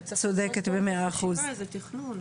צודקת מאה אחוז.